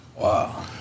Wow